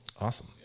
Awesome